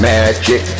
Magic